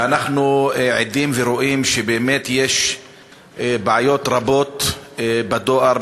ואנחנו רואים שבאמת יש בעיות רבות בדואר,